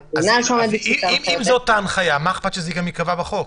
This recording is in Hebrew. אם זאת ההנחיה אז מה אכפת לנו שזה גם ייקבע בחוק?